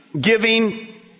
giving